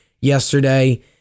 yesterday